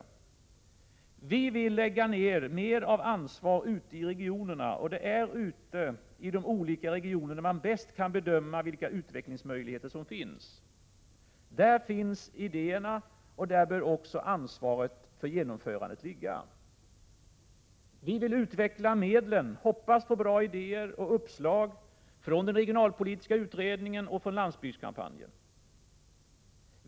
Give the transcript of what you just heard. Socialdemokraterna vill lägga mer av ansvar ute i regionerna. Och det är ute i de olika regionerna som man bäst kan bedöma vilka utvecklingsmöjligheter som finns. Där finns idéerna, och där bör också ansvaret för genomförandet ligga. Vi vill utveckla medlen. Vi hoppas på bra idéer och uppslag från den regionalpolitiska utredningen och från landsbygdskampanjen.